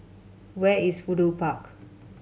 where is Fudu Park